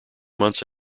months